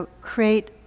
create